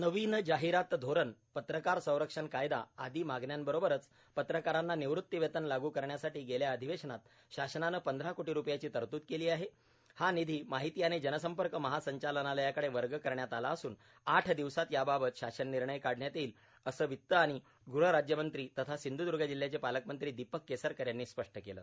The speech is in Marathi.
नवीन जाहिरात धोरण पत्रकार संरक्षण कायदा आदी मागण्यांबरोबरच पत्रकारांना निवृत्ती वेतन लागू करण्यासाठी गेल्या अधिवेशनात शासनान पंधरा कोटी रुपयांची तरतृद केली आहेण हा निधी माहिती आणि जनसंपर्क महासंचालनालयाकडे वर्ग करण्यात आला असून आठ दिवसात याबाबत शासन निर्णय काढण्यात येईलए अस वित्त आणि गृह राज्यमंत्री तथा सिंधुद्ग जिल्ह्याचे पालकमंत्री दीपक केसरकर यानी स्पष्ट केल